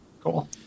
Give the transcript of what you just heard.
Cool